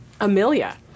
amelia